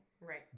Right